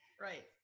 Right